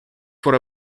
for